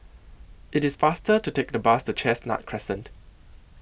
IT IS faster to Take The Bus to Chestnut Crescent